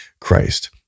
Christ